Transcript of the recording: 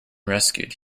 rescued